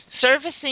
servicing